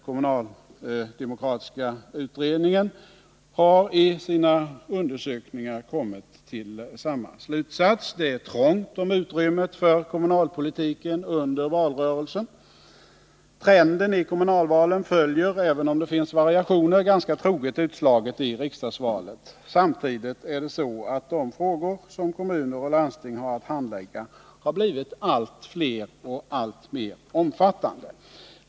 Kommunaldemokratiska utredningen har i sina undersökningar kommit till samma slutsats. Det är trångt om utrymmet för kommunalpolitiken under valrörelsen. Trenden i kommunalvalen följer, även om det finns variationer, ganska troget utslaget i riksdagsvalet. Samtidigt är det så att de frågor som kommuner och landsting har att handlägga har blivit allt fler och alltmer omfattande.